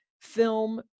film